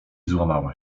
złamała